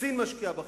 סין משקיעה בחינוך,